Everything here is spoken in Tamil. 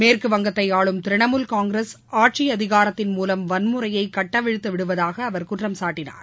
மேற்கு வங்கத்தை ஆளும் திரிணாமுல் காங்கிரஸ் ஆட்சி அதிகாரத்தின் மூலம் வன்முறையை கட்டவிழ்த்து விடுவதாக அவர் குற்றம் சாட்டினார்